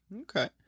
Okay